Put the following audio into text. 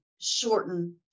shorten